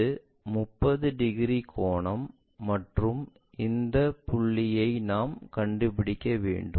இது 30 டிகிரி கோணம் மற்றும் இந்த புள்ளியை நாம் கண்டுபிடிக்க வேண்டும்